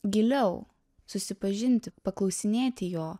giliau susipažinti paklausinėti jo